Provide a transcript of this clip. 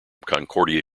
concordia